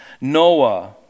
Noah